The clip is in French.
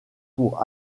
pour